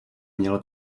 měl